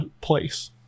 place